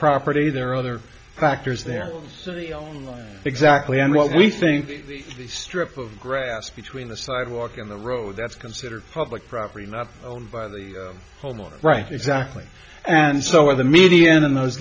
property there are other factors there exactly and what we think the strip of grass between the sidewalk and the road that's considered public property not owned by the homeowner right exactly and so are the media in those